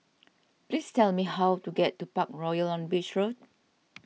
please tell me how to get to Parkroyal on Beach Road